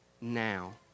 now